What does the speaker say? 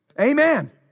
Amen